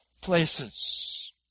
places